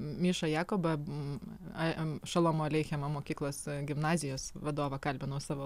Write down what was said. mišą jakobą šolomo aleichemo mokyklos gimnazijos vadovą kalbinau savo